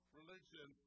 religion